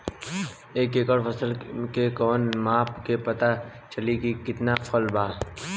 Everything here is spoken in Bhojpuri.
एक एकड़ फसल के कवन माप से पता चली की कितना फल बा?